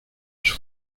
sus